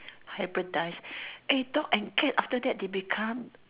hybridise eh dog and cat after that they become